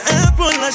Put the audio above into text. apple